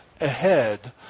ahead